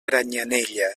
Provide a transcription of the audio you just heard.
granyanella